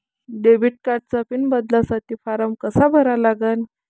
Debit कार्डचा pin बदलासाठी form कसा भरा लागन?